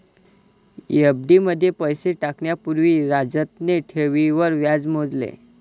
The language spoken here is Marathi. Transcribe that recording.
एफ.डी मध्ये पैसे टाकण्या पूर्वी राजतने ठेवींवर व्याज मोजले